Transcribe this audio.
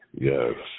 Yes